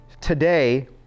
today